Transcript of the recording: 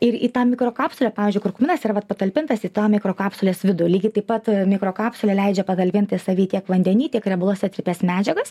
ir į tą mikrokapsulę pavyzdžiui kurkuminas yra vat patalpintas į tą mikrokapsulės vidų lygiai taip pat mikrokapsulė leidžia patalpinti savy tiek vandeny tiek riebaluose tirpias medžiagas